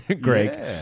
Greg